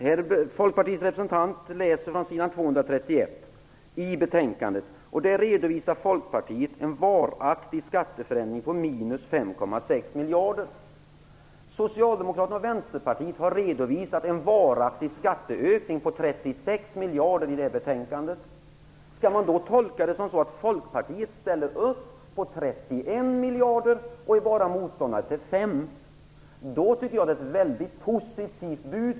Herr talman! Folkpartiets representant läser från s. 231 i betänkandet. Där redovisar Folkpartiet en varaktig skatteförändring på minus 5,6 miljarder. Socialdemokraterna och Vänsterpartiet har redovisat en varaktig skatteökning på 36 miljarder i det här betänkandet. Skall man tolka detta som att Folkpartiet ställer upp på 31 miljarder och bara är motståndare till 5 miljarder? I så fall tycker jag att det är ett mycket positivt bud.